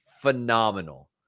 phenomenal